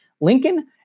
Lincoln